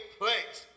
place